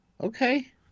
Okay